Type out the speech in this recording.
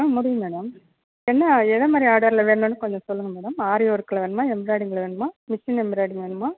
ஆ முடியும் மேடம் என்ன எது மாதிரி ஆர்டரில் வேணும்னு கொஞ்சம் சொல்லுங்கள் மேடம் ஆரி ஒர்க்கில் வேணுமா எம்ராய்டிங்கில் வேணுமா மிசின் எம்ராய்டிங்கில் வேணுமா